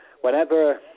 whenever